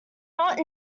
not